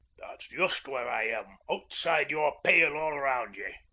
that's just where i am, outside your pale all round ye.